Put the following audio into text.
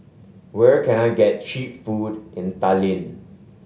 where can I get cheap food in Tallinn